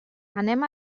anem